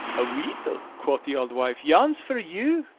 aweel, quo' the auld wife, yon's for you.